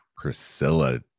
Priscilla